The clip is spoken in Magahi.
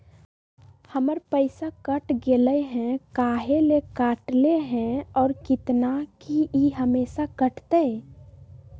हमर पैसा कट गेलै हैं, काहे ले काटले है और कितना, की ई हमेसा कटतय?